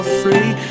free